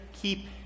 keep